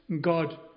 God